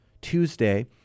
Tuesday